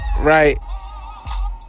Right